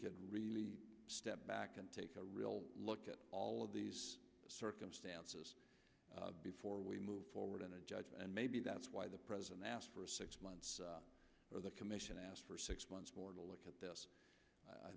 could really step back and take a real look at all of these circumstances before we move forward in a judge and maybe that's why the president asked for six months or the commission asked for six months more to look at this i